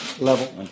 level